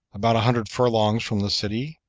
about a hundred furlongs from the city,